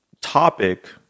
topic